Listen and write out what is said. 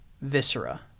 viscera